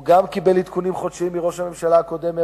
הוא גם קיבל עדכונים חודשיים מראש הממשלה הקודם,